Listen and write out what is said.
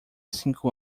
cinco